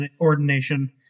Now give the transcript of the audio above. ordination